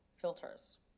filters